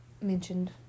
mentioned